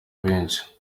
benshi